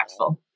impactful